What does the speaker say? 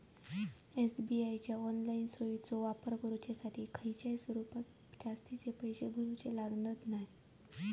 SBI च्या online सोयीचो वापर करुच्यासाठी खयच्याय स्वरूपात जास्तीचे पैशे भरूचे लागणत नाय